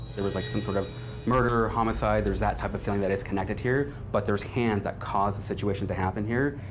there was like some sort of murder or homicide, there's that type of feeling that is connected here, but there's hands that caused a situation to happen here,